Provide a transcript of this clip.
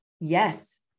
yes